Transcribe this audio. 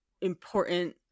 important